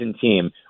team